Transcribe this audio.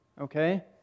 Okay